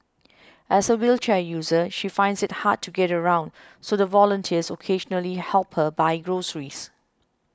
as a wheelchair user she finds it hard to get around so the volunteers occasionally help her buy groceries